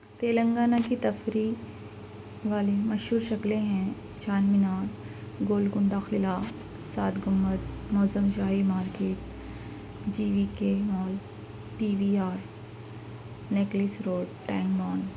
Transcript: تلنگانہ کی تفریح والی مشہور شکلیں ہیں چار مینار گولکنڈہ قلعہ سات گُنبد Moazzam Jahi market G V K mall T V R necklace road ٹینگ مان